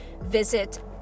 Visit